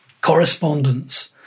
correspondence